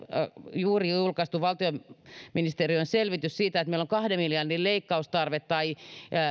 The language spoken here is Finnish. juuri julkaistu valtiovarainministeriön selvitys siitä että meillä on kahden miljardin leikkaustarve tai